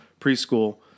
preschool